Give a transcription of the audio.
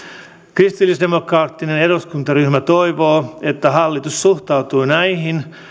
kristillisdemokraattinen eduskuntaryhmä toivoo että hallitus suhtautuu näihin